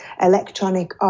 electronic